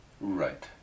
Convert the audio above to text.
Right